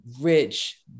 rich